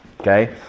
Okay